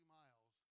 miles